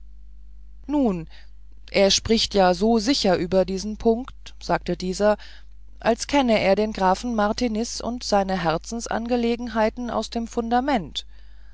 nun er spricht ja so sicher über diesen punkt sagte dieser als kenne er den grafen martiniz und seine herzensangelegenheiten aus dem fundament